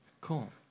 Cool